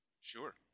Sure